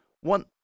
one